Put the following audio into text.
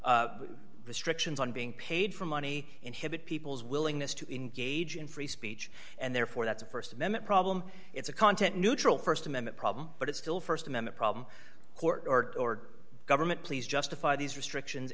problem restrictions on being paid for money inhibit people's willingness to engage in free speech and therefore that's a st amendment problem it's a content neutral st amendment problem but it's still st amendment problem court or government please justify these restrictions